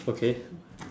okay